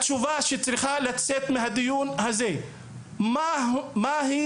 השאלה שצריכה לקבל מענה בדיון הזה היא מה היא